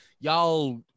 Y'all